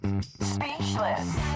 Speechless